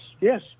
yes